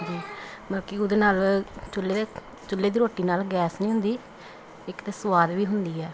ਜੀ ਬਾਕੀ ਉਹਦੇ ਨਾਲ ਚੁੱਲ੍ਹੇ ਦੇ ਚੁੱਲ੍ਹੇ ਦੀ ਰੋਟੀ ਨਾਲ ਗੈਸ ਨਹੀਂ ਹੁੰਦੀ ਇੱਕ ਤਾਂ ਸਵਾਦ ਵੀ ਹੁੰਦੀ ਹੈ